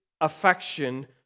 affection